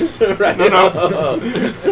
no